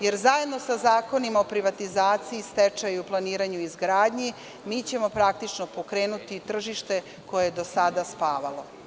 Jer, zajedno sa zakonima o privatizaciji, stečaju, planiranju i izgradnji, mi ćemo praktično pokrenuti tržište koje je do sada spavalo.